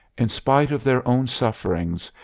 in spite of their own sufferings,